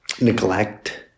neglect